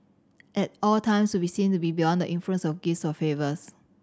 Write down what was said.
at all times be seen to be beyond the influence of gifts or favours